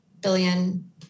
billion